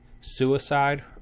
suicide